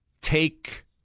take